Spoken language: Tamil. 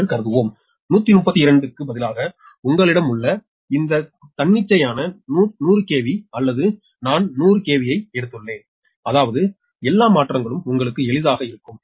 என்று கருதுவோம் 132 க்கு பதிலாக உங்களிடம் உள்ள இந்த தன்னிச்சையான 100 KV அல்லது நான் 100 KVயை எடுத்துள்ளேன் அதாவது எல்லா மாற்றங்களும் உங்களுக்கு எளிதாக இருக்கும்